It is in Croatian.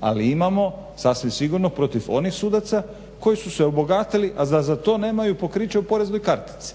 Ali imamo sasvim sigurno protiv onih sudaca koji su se obogatili, a za to nemaju pokriće u poreznoj kartici.